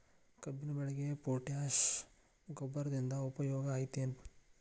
ಕಬ್ಬಿನ ಬೆಳೆಗೆ ಪೋಟ್ಯಾಶ ಗೊಬ್ಬರದಿಂದ ಉಪಯೋಗ ಐತಿ ಏನ್?